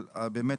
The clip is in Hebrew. באמת,